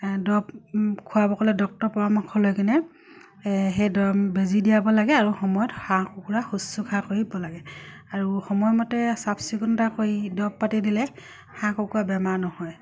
দৰব খোৱাব গ'লে ডক্তৰ পৰামৰ্শ লৈকেনে সেই বেজী দিয়াব লাগে আৰু সময়ত হাঁহ কুকুৰা শুশ্ৰূষা কৰিব লাগে আৰু সময়মতে চাফ চিকুণতা কৰি দৰব পাতি দিলে হাঁহ কুকুৰা বেমাৰ নহয়